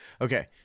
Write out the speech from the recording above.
Okay